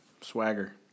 Swagger